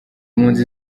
mpunzi